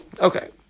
Okay